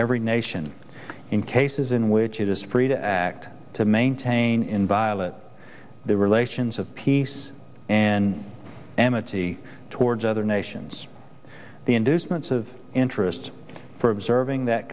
every nation in cases in which it is free to act to maintain inviolate the relations of peace and amitie towards other nations the inducements of interest for observing that